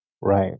Right